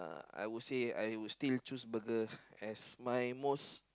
I will say I would still choose burger as my most